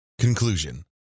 Conclusion